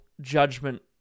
judgment